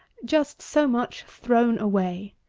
just so much thrown away.